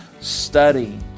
study